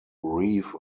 reeve